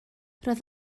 roedd